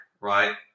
right